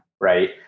right